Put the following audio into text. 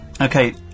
okay